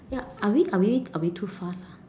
ya are we are we are we too fast ah